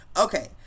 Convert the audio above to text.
Okay